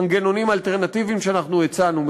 מנגנונים אלטרנטיביים שאנחנו הצענו,